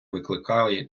викликає